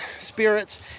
spirits